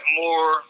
more